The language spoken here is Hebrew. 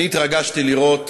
אני התרגשתי לראות,